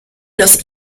los